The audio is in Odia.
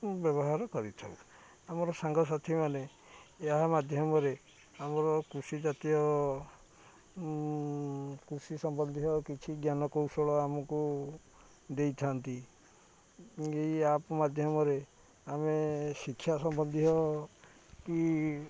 ବ୍ୟବହାର କରିଥାଉ ଆମର ସାଙ୍ଗସାଥିମାନେ ଏହା ମାଧ୍ୟମରେ ଆମର କୃଷି ଜାତୀୟ କୃଷି ସମ୍ବନ୍ଧୀୟ କିଛି ଜ୍ଞାନ କୌଶଳ ଆମକୁ ଦେଇଥାନ୍ତି ଏଇ ଆପ୍ ମାଧ୍ୟମରେ ଆମେ ଶିକ୍ଷା ସମ୍ବନ୍ଧୀୟ କି